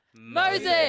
Moses